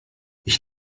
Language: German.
ich